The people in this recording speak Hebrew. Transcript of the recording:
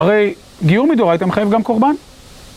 הרי גיור מדאורייתא מחייב גם קורבן